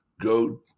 Go